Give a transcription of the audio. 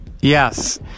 yes